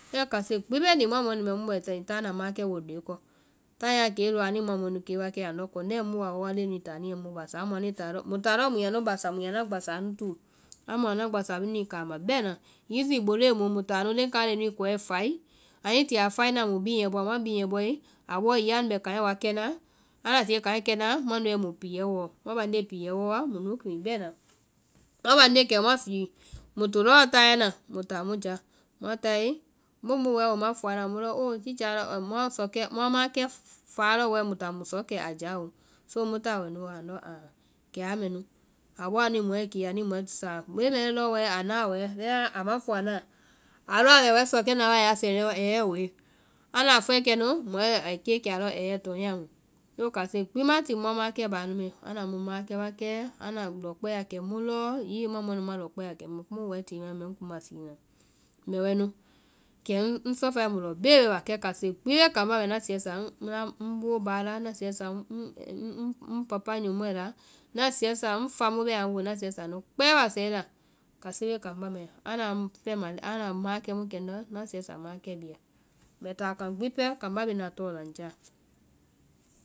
Kɛ kase gbi bee ni muã mɔɛ nu mai, mu bɛ ni táa na maãkɛ bondoe kɔ, taaŋɛ a kee lɔɔ amu muã mɔɛ nu kee wa kɛ andɔ kɔnɛɛ mu woa wáa leŋɛ nuĩ táa anu yɛ mu basa. Amu anui táa- mu táa lɔɔ muĩ anu basa muĩ anuã gbassaa nu túu, amu anuã gbassa mɛnui kaama bɛna, hiŋi boloe mu muĩ táa nu, leŋ kaima leŋɛ nu anuĩ kɔɛ fai, anui ti a fai na muĩ biŋɛ boa, mua biŋɛ bɔe. a bɔɔ hiŋi anu bɛ kaŋɛ kɛnaa, anda tia kaŋɛ kɛna, muã nu wae mui piɛ wɔɔ, muã bande piɛ wɔɔa muĩ nu kiliŋ bɛna. Muã bande kɛ muã sii, mu to lɔɔ tayɛ na muĩ táa mu já, muã tae mbe mu wɛɛ wo ma fua naa? Mu lɔ oo tichaa lɔ muã maãkɛ fáa lɔ muĩ táa mui sɔkɛ a já oo, so mu táa wɛɛ nu wa, andɔ aah aa mɛ nu, abɔɔ anuĩ mɔɛ kee anuĩ mɔɛ tusaa, leŋ mɛɛ lɔ wɛɛ a naa wɛɛ, bɛmaã a ma fua naã, a lɔ a bɛ wɛɛ sɔkɛ na ya sɛnɛɔ? Ɛhɛɛ woe? Anda a fɔe kɛnu mɔɛ ai kee kɛ alɔ ɛhɛɛ tɔnya mu. So kase gbi muã maãkɛ mɔɛ nu mai, anda mu maãkɛ wa kɛɛ anda lɔkpɛa kɛ mu lɔɔ, hiŋi wi muã mɔɛ nu ma lɔkpɛa kɛ mu lɔ kiimu wɛɛ tée mɛa ŋ bɛ ŋ kuŋma siina, mbɛ wɛ nu, kɛ ŋ sɔfae mu lɔ bee ba. Kɛ kase gbi bee kambá mai, ŋna sɛɛ sa ŋ woo báa lɔ, ŋna sɛɛ sa ŋ papa nyɔmɔɛ la, ŋna sɛɛ sa ŋ fa mu bɛɛ a ŋ woo ŋna sɛɛ sa anu kpɛɛ la. kase bee kambá mai. anda ŋ fɛma-anda maãkɛ mu kɛ ŋndɔ, ŋna sɛɛ sa maãkɛ bhii la. mbɛ táa kaŋ gbi pɛɛ kambá bee na tɔɔ la ŋ jaa.